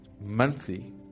monthly